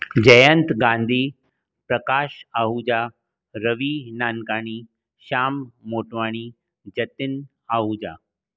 Jayant Gandhi Prakash Ahuja Ravi Nankani Shyam Motwani Jatin Ahuja